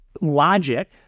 logic